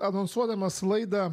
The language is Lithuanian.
anonsuodamas laidą